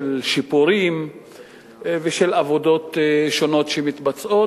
של שיפורים ושל עבודות שונות שמתבצעות